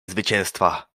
zwycięstwa